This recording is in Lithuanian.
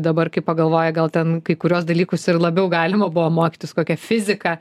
dabar kai pagalvoji gal ten kai kuriuos dalykus ir labiau galima buvo mokytis kokią fiziką